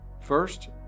First